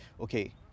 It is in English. okay